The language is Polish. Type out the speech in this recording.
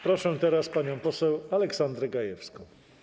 Proszę teraz panią poseł Aleksandrę Gajewską.